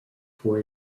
for